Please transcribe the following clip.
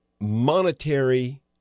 monetary